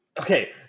Okay